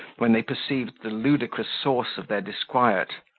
when they perceived the ludicrous source of their disquiet.